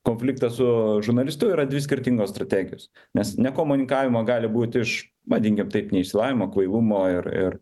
konfliktas su žurnalistu yra dvi skirtingos strategijos nes ne komunikavimo gali būti iš vadinkim taip neišsilavinimo kvailumo ir ir